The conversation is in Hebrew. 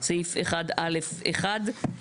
סעיף 1(א)(1),